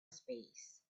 space